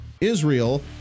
Israel